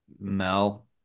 Mel